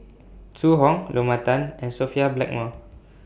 Zhu Hong Lorna Tan and Sophia Blackmore